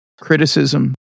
criticism